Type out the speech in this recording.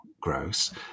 gross